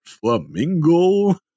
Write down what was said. Flamingo